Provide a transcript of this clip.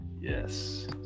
Yes